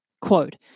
Quote